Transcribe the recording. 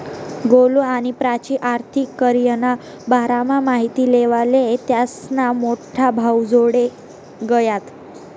गोलु आणि प्राची आर्थिक करीयरना बारामा माहिती लेवाले त्यास्ना मोठा भाऊजोडे गयात